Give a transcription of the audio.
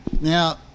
Now